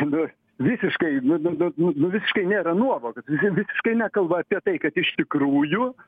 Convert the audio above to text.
nu visiškai nu nu nu nu visiškai nėra nuovokos visiškai nekalba apie tai kad iš tikrųjų